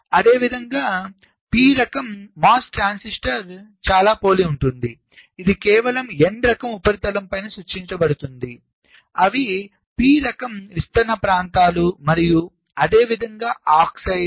అదేవిధంగా p రకం MOS transistor చాలా పోలి ఉంటుంది ఇది కేవలం n రకం ఉపరితలం పైన సృష్టించబడుతుంది అవి p రకం విస్తరణ ప్రాంతాలు మరియు అదేవిధంగా ఆక్సైడ్